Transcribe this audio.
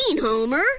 Homer